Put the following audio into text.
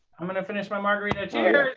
i'm going to finish my margarita. cheers!